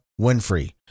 Winfrey